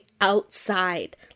outside